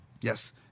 Yes